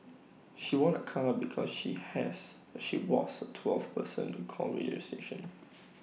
she won A car because she has she was twelfth person to call radio station